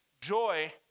Joy